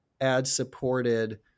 ad-supported